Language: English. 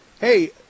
hey